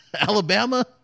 Alabama